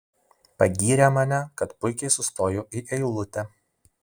pagyrė mane kad puikiai sustoju į eilutę